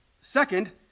Second